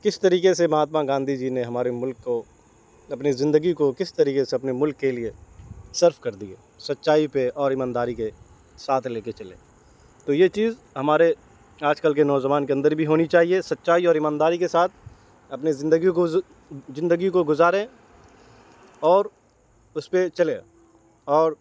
کس طریقے سے مہاتما گاندھی جی نے ہمارے ملک کو اپنی زندگی کو کس طریقے سے اپنے ملک کے لیے صرف کر دیا سچائی پہ اور ایمانداری کے ساتھ لے کے چلے تو یہ چیز ہمارے آج کل کے نوجوان کے اندر بھی ہونی چاہیے سچائی اور ایمانداری کے ساتھ اپنے زندگی کو زندگی کو گزاریں اور اس پہ چلیں اور